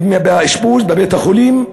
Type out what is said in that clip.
באשפוז בבית-החולים,